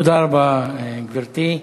תודה רבה, גברתי.